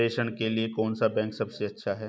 प्रेषण के लिए कौन सा बैंक सबसे अच्छा है?